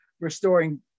restoring